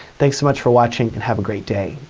thanks so much for watching and have a great day.